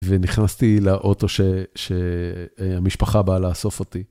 ונכנסתי לאוטו שהמשפחה באה לאסוף אותי.